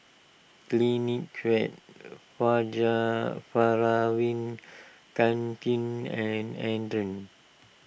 Clinique Kanken and andre